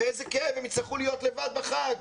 באיזה כאב הם יצטרכו להיות לבד בחג,